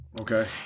Okay